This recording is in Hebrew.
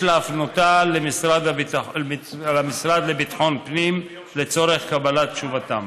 יש להפנותה למשרד לביטחון הפנים לצורך קבלת תשובתם.